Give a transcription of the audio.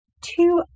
two